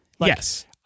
Yes